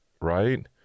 right